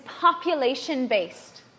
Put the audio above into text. population-based